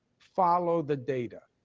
follow the data.